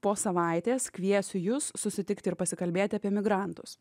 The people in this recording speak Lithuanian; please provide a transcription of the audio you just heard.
po savaitės kviesiu jus susitikti ir pasikalbėti apie migrantus